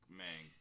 man